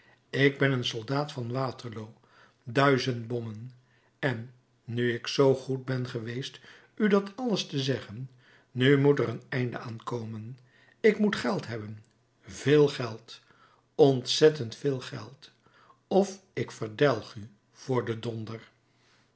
ik ben een soldaat van waterloo duizend bommen en nu ik zoo goed ben geweest u dat alles te zeggen nu moet er een einde aan komen ik moet geld hebben veel geld ontzettend veel geld of ik verdelg u voor den